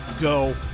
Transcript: Go